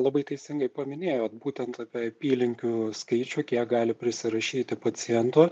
labai teisingai paminėjot būtent apie apylinkių skaičių kiek gali prisirašyti pacientų